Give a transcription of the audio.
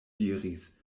diris